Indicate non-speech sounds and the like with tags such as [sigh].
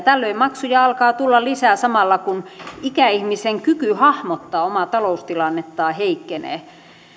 [unintelligible] tällöin maksuja alkaa tulla lisää samalla kun ikäihmisen kyky hahmottaa omaa taloustilannettaan heikkenee